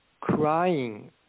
crying